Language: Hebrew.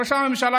ראש הממשלה,